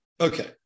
Okay